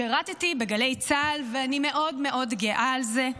שירתי בגלי צה"ל, ואני מאוד מאוד גאה על זה.